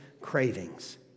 cravings